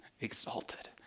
exalted